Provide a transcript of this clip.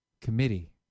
Committee